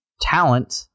talent